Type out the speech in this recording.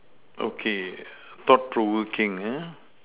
okay thought provoking uh